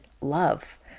love